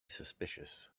suspicious